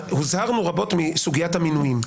הוזהרנו רבות מסוגיית המינויים,